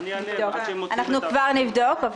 כבר נבדוק.